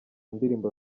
ndirimbo